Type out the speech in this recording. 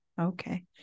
Okay